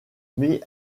met